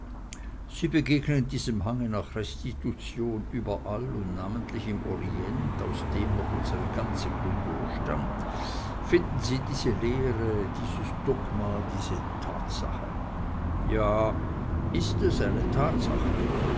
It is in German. sie begegnen diesem hange nach restitution überall und namentlich im orient aus dem doch unsre ganze kultur stammt finden sie diese lehre dieses dogma diese tatsache ja ist es eine tatsache